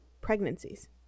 pregnancies